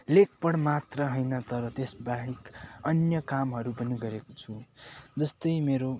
लेख पढ मात्र होइन तर त्यसबाहेक अन्य कामहरू पनि गरेको छु जस्तै मेरो